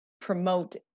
Promote